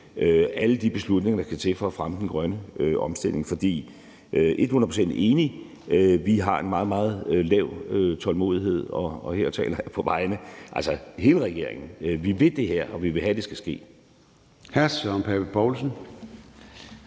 alle de beslutninger, der skal til for at fremme den grønne omstilling. Jeg er hundrede procent enig. Vi har en meget, meget lille tålmodighed, og her taler jeg på vegne af hele regeringen. Vi vil det her, og vi vil have, at det skal ske.